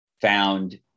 found